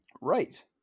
Right